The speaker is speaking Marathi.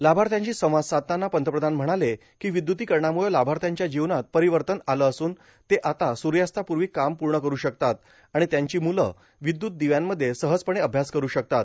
लाभार्थ्यांशी संवाद साधताना पंतप्रधान म्हणाले की विद्युतीकरणामुळं लाभार्थ्याच्या जीवनात परिवर्तन आलं असून ते आता सूर्यास्तापूर्वी काम पूर्ण कठ शकतात आणि त्यांची मुलं विद्युत दिव्यांमध्ये सहजपणे अभ्यास करु शकतात